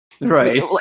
right